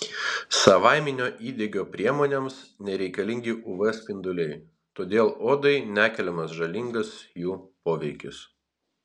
savaiminio įdegio priemonėms nereikalingi uv spinduliai todėl odai nekeliamas žalingas jų poveikis